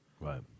Right